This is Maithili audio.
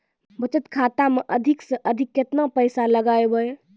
बचत खाता मे अधिक से अधिक केतना पैसा लगाय ब?